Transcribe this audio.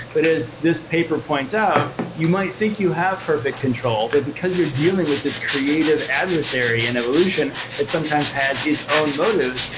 but as this paper points out, you might think you have perfect control, but because you're dealing with this creative adversary and evolution, it sometimes has its own motives.